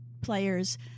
players